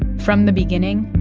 ah from the beginning,